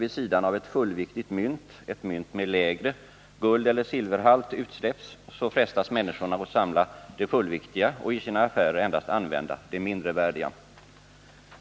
vid sidan av ett fullviktigt mynt ett mynt med lägre guldeller silverhalt släpps ut frestas människorna att samla det fullviktiga och i sina affärer endast använda det mindrevärdiga.